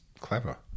clever